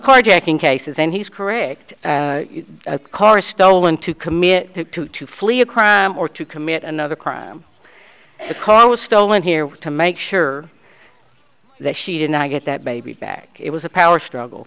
carjacking cases and he's correct the car stolen to commit to flee a crime or to commit another crime the car was stolen here to make sure that she did not get that baby back it was a power struggle